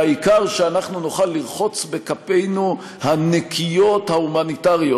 והעיקר שאנחנו נוכל לרחוץ בכפינו הנקיות ההומניטריות.